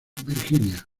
virginia